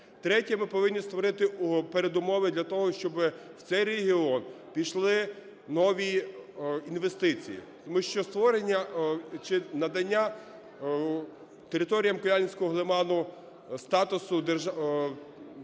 Третє. Ми повинні створити передумови для того, щоби в цей регіон пішли нові інвестиції, тому що створення чи надання територіям Куяльницького лиману статусу...